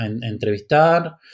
entrevistar